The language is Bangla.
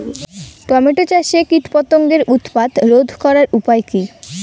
টমেটো চাষে কীটপতঙ্গের উৎপাত রোধ করার উপায় কী?